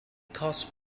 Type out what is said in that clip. caused